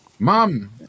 mom